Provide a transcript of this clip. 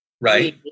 Right